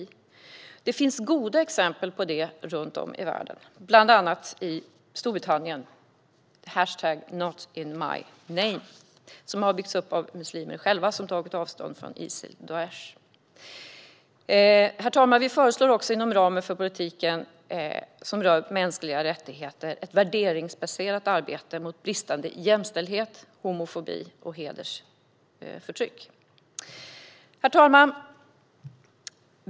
Det finns goda exempel på detta runt om i världen, bland annat i Storbritannien - #notinmyname, som har byggts upp av muslimer som har tagit avstånd från Isil/Daish. Herr talman! Vi föreslår också inom ramen för politiken som rör mänskliga rättigheter ett värderingsbaserat arbete mot bristande jämställdhet, homofobi och hedersförtryck. Herr talman!